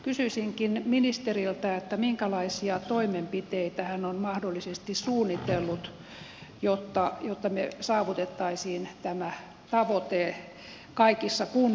kysyisinkin ministeriltä minkälaisia toimenpiteitä hän on mahdollisesti suunnitellut jotta me saavuttaisimme tämän tavoitteen kaikissa kunnissa